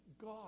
God